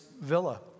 villa